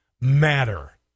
matter